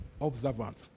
observant